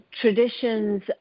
traditions